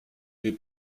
est